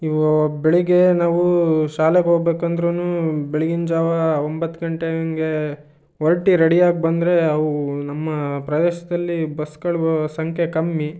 ನೀವು ಬೆಳಿಗ್ಗೆ ನಾವು ಶಾಲೆಗೆ ಹೋಗ್ಬೇಕಂದ್ರು ಬೆಳಗಿನ ಜಾವ ಒಂಬತ್ತು ಗಂಟೆ ಹಾಗೆ ಹೊರ್ಟು ರೆಡಿ ಆಗಿ ಬಂದರೆ ಅವು ನಮ್ಮ ಪ್ರದೇಶದಲ್ಲಿ ಬಸ್ಗಳ ಸಂಖ್ಯೆ ಕಮ್ಮಿ